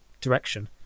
direction